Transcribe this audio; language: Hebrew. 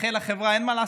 מחלחל לחברה, אין מה לעשות.